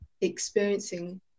experiencing